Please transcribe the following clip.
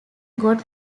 god